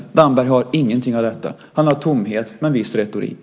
Damberg har ingenting av detta. Han har tomhet och viss retorik.